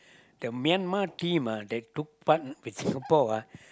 the Myanmar team ah that took part with Singapore ah